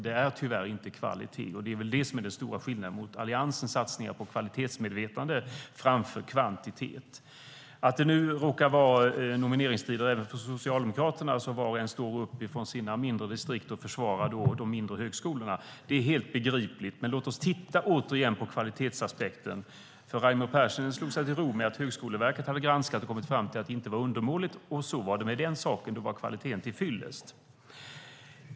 Det är tyvärr inte kvalitet, och det är den stora skillnaden mot Alliansens satsningar på kvalitetsmedvetande framför kvantitet. Att det nu råkar vara nomineringstider även för Socialdemokraterna så att var och en står upp för sina mindre distrikt och försvarar de mindre högskolorna är helt begripligt. Men låt oss återigen titta på kvalitetsaspekten. Raimo Pärssinen slog sig till ro med att Högskoleverket hade granskat och kommit fram till att det inte var undermåligt, och så var det med den saken. Då var kvaliteten till fyllest.